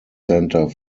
centre